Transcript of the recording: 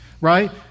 right